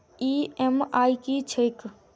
EMI की छैक?